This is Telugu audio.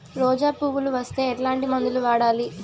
రోజా పువ్వులు వస్తే ఎట్లాంటి మందులు వాడాలి?